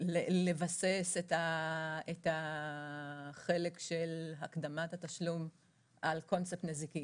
לבסס את החלק של הקדמת התשלום על קונספט נזיקי,